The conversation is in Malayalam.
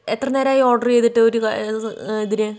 എത്ര നേരമായി ഓഡർ ചെയ്തിട്ട് ഒരിതിന്